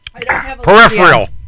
Peripheral